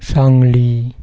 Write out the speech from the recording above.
Sangli